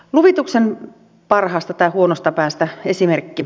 luvituksen parhaasta tai huonosta päästä esimerkki